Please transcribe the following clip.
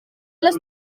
les